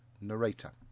narrator